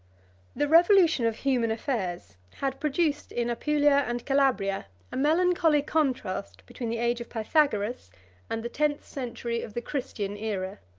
the revolution of human affairs had produced in apulia and calabria a melancholy contrast between the age of pythagoras and the tenth century of the christian aera.